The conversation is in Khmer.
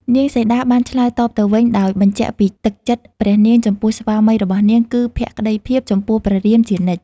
នាងសីតាបាន ឆ្លើយតបទៅវិញ ដោយបញ្ជាក់ពីទឹកចិត្តព្រះនាង ចំពោះស្វាមីរបស់នាង គឺ ភក្តីភាពចំពោះព្រះរាមជានិច្ច។